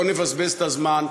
לא נבזבז את הזמן,